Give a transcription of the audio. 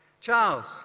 Charles